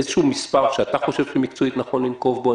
איזשהו מספר שאתה חושב שמקצועית נכון לנקוב בו?